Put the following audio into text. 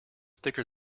thicker